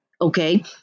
okay